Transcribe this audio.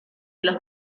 los